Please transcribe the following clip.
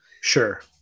Sure